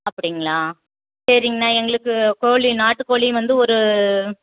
அப்படிங்களா சரிங்கண்ணா எங்களுக்கு கோழி நாட்டுக்கோழி வந்து ஒரு